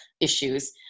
issues